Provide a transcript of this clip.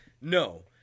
no